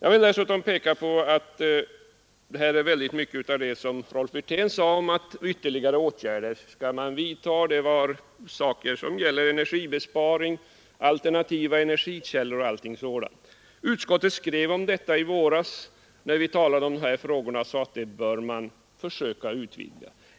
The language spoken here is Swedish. Rolf Wirtén nämnde en del åtgärder som man anser skulle kunna vidtas. Det gällde energibesparing, alternativa energikällor etc. Utskottet skrev redan i våras om de utvidgningar man bör försöka göra.